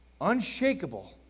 unshakable